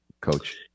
coach